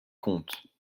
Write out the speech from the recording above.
comptes